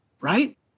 right